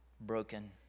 broken